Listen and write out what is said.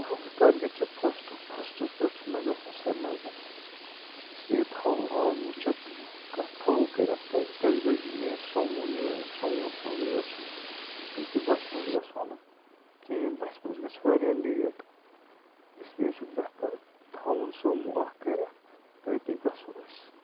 کٲلکیتھ چھُ پھسٹ پھسٹَس پیٹھ چھُ مےٚ گَژھُن سِرینَگر اِسلیے تھاوو آز وٕچھِتھ کتھ تھاوو کٔرِتھ تَتہِ کٔژِ بَجہِ نیرِ سومو نیرِ سومووَس مَنٛزٕے گَژھو کیونکہِ بَسہِ مَنٛز گَژھو نہٕ کِہیٖنۍ بَسہِ مَنٛز گَژھِ واریاہ لیٹ اِسلیے چھُ بہتر تھاوُن سومو اکھ کٔرِتھ تہٕ أتی گَژھو أسۍ